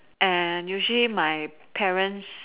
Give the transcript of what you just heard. and usually my parents